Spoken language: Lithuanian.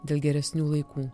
dėl geresnių laikų